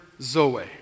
zoe